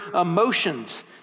emotions